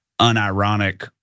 unironic